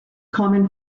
common